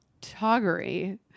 toggery